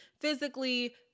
physically